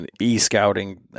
e-scouting